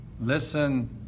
listen